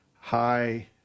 high